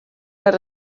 més